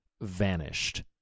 vanished